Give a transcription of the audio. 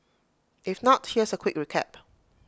if not here's A quick recap